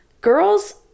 girls